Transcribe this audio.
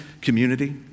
community